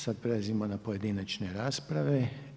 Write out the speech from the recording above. Sad prelazimo na pojedinačne rasprave.